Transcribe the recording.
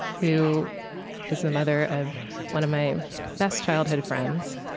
who is the mother of one my best childhood friends,